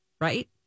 Right